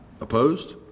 opposed